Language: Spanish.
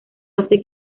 hace